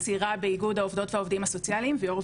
אני חברה באיגוד העובדים והעובדות הסוציאליים ויושבת ראש